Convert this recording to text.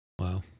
Wow